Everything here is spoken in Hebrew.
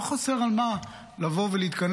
לא חסר על מה דחוף לבוא ולהתכנס,